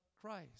Christ